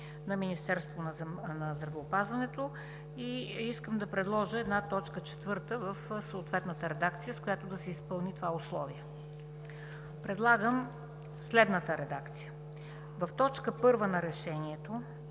на Министерството на здравеопазването. Искам да предложа една т. 4 в съответната редакция, с която да се изпълни това условие. Предлагам следната редакция: в т. 1 на Решението